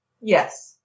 Yes